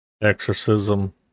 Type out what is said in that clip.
exorcism